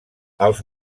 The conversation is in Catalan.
als